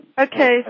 Okay